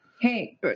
Hey